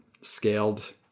scaled